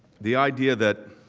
the idea that